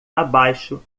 abaixo